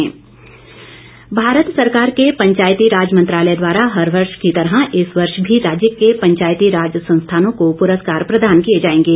वीरेंद्र कंवर भारत सरकार के पंचायती राज मन्त्रालय द्वारा हर वर्ष की तरह इस वर्ष भी राज्य के पंचायती राज संस्थानों को पुरस्कार प्रदान किए जाएंगे